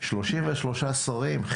33 שרים,